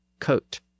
coat